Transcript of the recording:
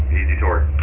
easy toward